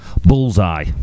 Bullseye